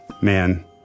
man